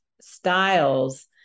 styles